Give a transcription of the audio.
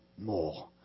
more